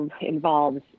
involves